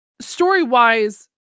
story-wise